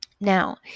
Now